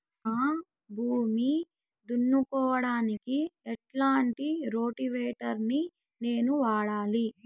నా భూమి దున్నుకోవడానికి ఎట్లాంటి రోటివేటర్ ని నేను వాడాలి?